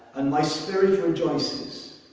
and my spirit rejoices,